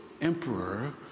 emperor